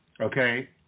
okay